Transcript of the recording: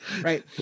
Right